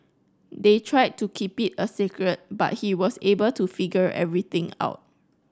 they tried to keep it a secret but he was able to figure everything out